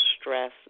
stress